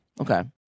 Okay